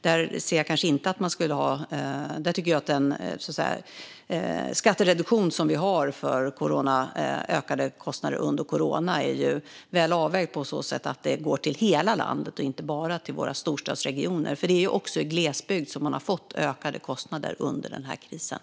Där tycker jag att den skattereduktion som vi har för ökade kostnader under coronapandemin är väl avvägd på så sätt att den går till hela landet och inte bara till våra storstadsregioner, för också i glesbygd har man fått ökade kostnader under den här krisen.